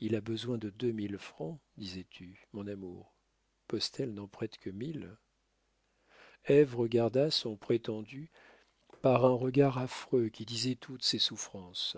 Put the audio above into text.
il a besoin de deux mille francs disais-tu mon amour postel n'en prête que mille ève regarda son prétendu par un regard affreux qui disait toutes ses souffrances